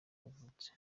yavutse